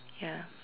ya